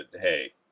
hey